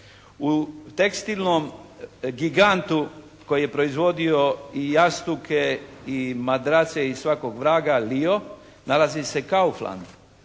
U tekstilnom gigantu koji je proizvodio i jastuke i madrace i svakog vraga "Lio" nalazi se "Kaufland".